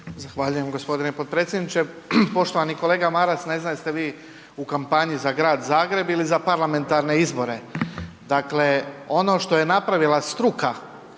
Zahvaljujem gospodine potpredsjedniče. Poštovani kolega Maras, ne znam jeste vi u kampanji za Grad Zagreb ili za parlamentarne izbore. Dakle, ono što je napravila struka